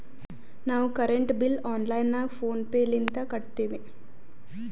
ನಾವು current bill online ನಾಗ PhonePe ಲಿಂತ ಕಟ್ಟತ್ತಿವಿ